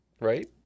Right